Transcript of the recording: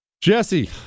Jesse